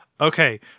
Okay